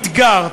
אתגרת,